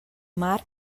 marc